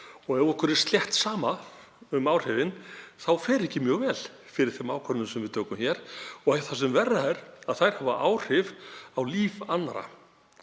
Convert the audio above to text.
Og ef okkur er slétt sama um áhrifin þá fer ekki mjög vel fyrir þeim ákvörðunum sem við tökum hér. Og það sem verra er, þær hafa áhrif á líf annarra.